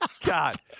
God